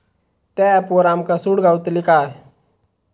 त्या ऍपवर आमका सूट गावतली काय?